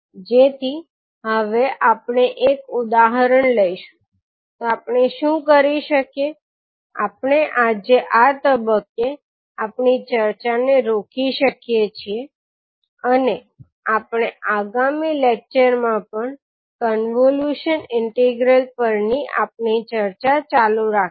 તેથી હવે આપણે એક ઉદાહરણ લઈશું તો આપણે શું કરી શકીએ આપણે આજે આ તબક્કે આપણે ચર્ચાને રોકી શકીએ છીએ અને આપણે આગામી લેક્ચર માં પણ કન્વોલ્યુશન ઇન્ટિગ્રલ પરની આપણી ચર્ચા ચાલુ રાખીશું